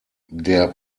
der